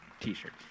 t-shirt